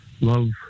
love